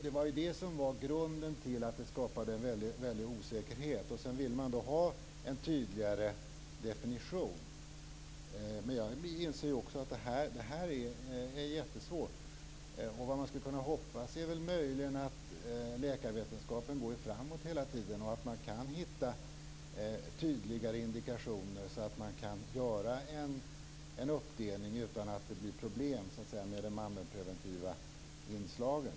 Det var det som var grunden till att det skapades en väldig osäkerhet, och därför ville man ha en tydligare definition. Men jag inser också att det här är jättesvårt. Läkarvetenskapen går dock framåt hela tiden, och vad man möjligen kan hoppas är att den hittar tydligare indikationer så att det går att göra en uppdelning utan att det blir problem med de allmänpreventiva inslagen.